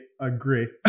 agree